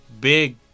Big